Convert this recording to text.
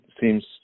seems